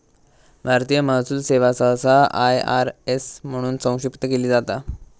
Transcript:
भारतीय महसूल सेवा सहसा आय.आर.एस म्हणून संक्षिप्त केली जाता